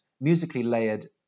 musically-layered